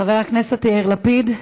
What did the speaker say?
חבר הכנסת יאיר לפיד,